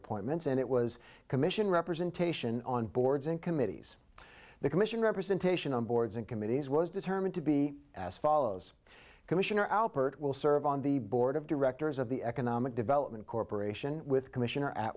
appointments and it was commission representation on boards and committees the commission representation on boards and committees was determined to be as follows commissioner alpert will serve on the board of directors of the economic development corporation with commissioner at